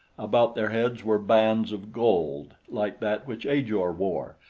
about their heads were bands of gold like that which ajor wore,